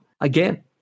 Again